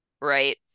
right